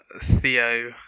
Theo